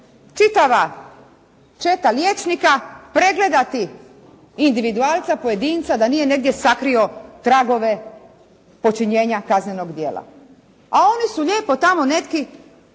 čitava četa liječnika pregledati individualca, pojedinca da nije negdje sakrio tragove počinjenja kaznenog djela. A oni su lijepo tamo neki